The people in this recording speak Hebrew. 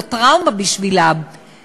זו טראומה בשבילם,